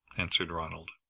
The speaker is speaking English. answered ronald.